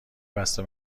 بسته